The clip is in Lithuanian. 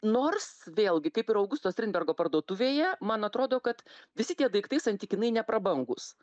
nors vėlgi kaip ir augusto strindbergo parduotuvėje man atrodo kad visi tie daiktai santykinai neprabangūs